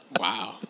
Wow